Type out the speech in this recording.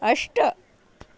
अष्ट